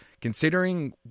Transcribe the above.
considering